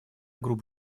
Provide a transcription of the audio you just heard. групп